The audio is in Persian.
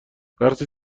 وقتی